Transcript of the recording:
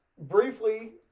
briefly